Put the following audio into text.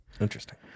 interesting